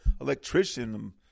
electrician